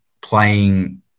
playing